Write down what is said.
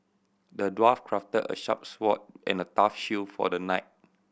the dwarf crafted a sharp sword and a tough shield for the knight